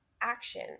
action